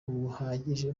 buhagije